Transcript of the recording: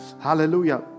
Hallelujah